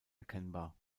erkennbar